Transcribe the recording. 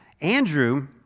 Andrew